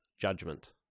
judgment